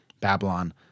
Babylon